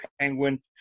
Penguin